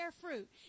fruit